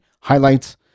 highlights